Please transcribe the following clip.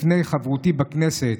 לפני חברותי בכנסת,